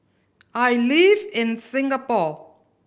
I live in Singapore